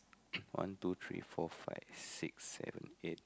one two three four five six seven eight